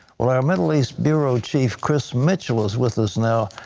our middle east bureau chief chris mitchell is with us now.